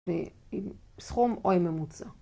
ו... אהם... עם סכום או עם ממוצע.